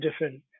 different